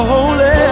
Holy